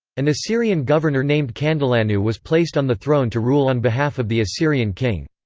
an assyrian governor named kandalanu was placed on the throne to rule on behalf of the assyrian king.